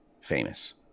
famous